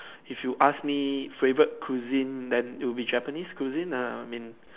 if you ask me favorite cuisine then it will be Japanese cuisine lah I mean